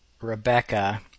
Rebecca